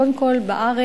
קודם כול בארץ,